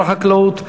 שר החקלאות,